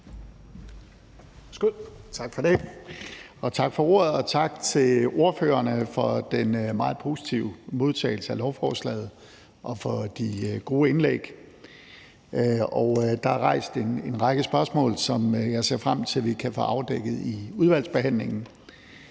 Tak for ordet. Og tak til ordførerne for den meget positive modtagelse af lovforslaget og for de gode indlæg. Der er rejst en række spørgsmål, som jeg ser frem til at vi kan afdækket i udvalgsbehandlingen.